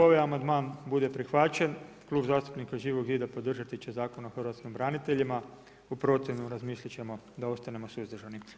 Ukoliko ovaj amandman bude prihvaćen, Klub zastupnika Živog zida podržati će Zakon o hrvatskim braniteljima, u protivnom razmislit ćemo da ostanemo suzdržani.